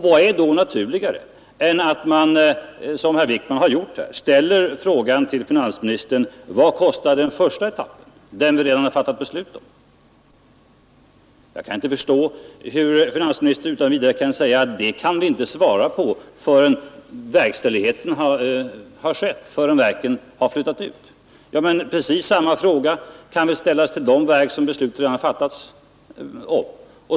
Vad är då naturligare än att man, som herr Wijkman gjort här, ställer frågan till finansministern: Vad kostar den första etappen, som vi redan fattat beslut om? Jag kan inte förstå hur finansministern utan vidare kan säga att han inte kan svara på det förrän verken har flyttat ut. Varför kan inte precis samma frågor som ställts inför andra etappen ställas till de verk som omfattas av den första?